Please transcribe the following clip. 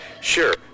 sure